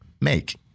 make